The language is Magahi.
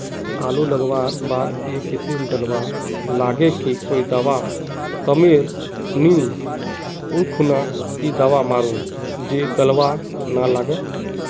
आलू लगवार बात ए किसम गलवा लागे की कोई दावा कमेर नि ओ खुना की दावा मारूम जे गलवा ना लागे?